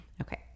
okay